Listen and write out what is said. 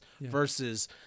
Versus